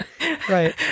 Right